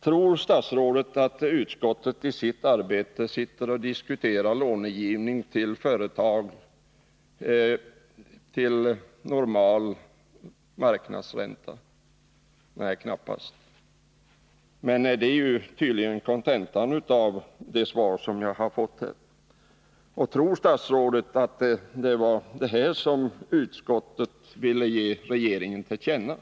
Tror statsrådet att utskottsarbetet består i att man sitter och diskuterar långivning åt företag till normal marknadsränta? Nej, knappast. Men det är tydligen kontentan av det svar som jag nu har fått. Och tror statsrådet att det här var vad utskottet ville ge regeringen till känna?